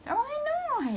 why not